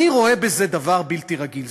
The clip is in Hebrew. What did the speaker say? אני רואה בזה דבר בלתי רגיל.